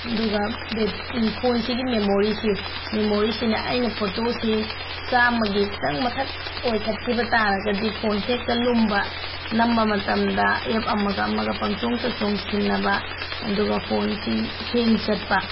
ꯑꯗꯨꯒ ꯐꯣꯟꯁꯤꯒꯤ ꯃꯦꯃꯣꯔꯤꯁꯦ ꯃꯦꯃꯣꯔꯤꯁꯤꯅ ꯑꯩꯅ ꯐꯣꯇꯣꯁꯦ ꯆꯥꯃꯒꯤ ꯈꯤꯇꯪ ꯃꯊꯛ ꯑꯣꯏꯈꯠꯈꯤꯕ ꯇꯥꯔꯒꯗꯤ ꯐꯣꯟꯁꯦ ꯍꯦꯛꯇ ꯂꯨꯝꯕ ꯅꯝꯕ ꯃꯇꯝꯗ ꯑꯦꯞ ꯑꯃꯒ ꯑꯃꯒ ꯄꯪꯆꯣꯡꯇ ꯆꯣꯡꯁꯤꯟꯅꯕ ꯑꯗꯨꯒ ꯐꯣꯟꯁꯤ ꯍꯦꯡ ꯆꯠꯄ